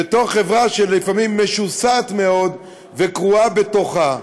בתוך חברה שלפעמים משוסעת מאוד וקרועה בתוכה.